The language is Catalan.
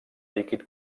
líquid